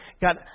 God